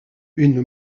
une